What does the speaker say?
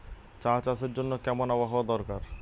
চা চাষের জন্য কেমন আবহাওয়া দরকার?